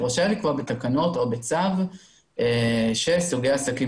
הוא רשאי לקבוע בתקנות או בצו שסוגי עסקים